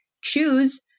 choose